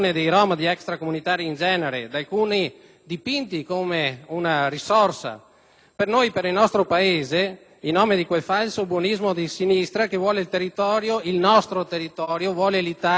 per noi e per il nostro Paese, in nome di quel falso buonismo di sinistra che vuole il nostro territorio, l'Italia, un porto di mare in cui facciamo entrare tutti, senza pensare